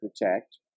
protect